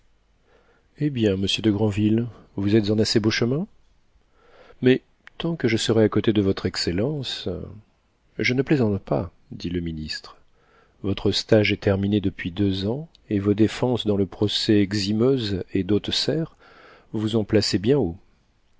eh bien monsieur de granville vous êtes en assez beau chemin mais tant que je serai à côté de votre excellence je ne plaisante pas dit le ministre votre stage est terminé depuis deux ans et vos défenses dans le procès ximeuse et d'hauteserre vous ont placé bien